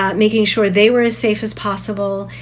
ah making sure they were as safe as possible,